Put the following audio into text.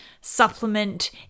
supplement